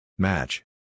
Match